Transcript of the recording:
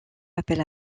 appel